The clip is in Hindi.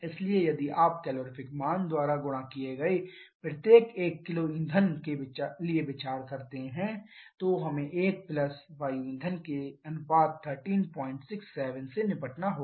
इसलिए यदि आप कैलोरीफिक मान द्वारा गुणा किए गए प्रत्येक 1 किलो ईंधन के लिए विचार करते हैं तो हमें 1 प्लस वायु ईंधन के अनुपात 13 67 से निपटना होगा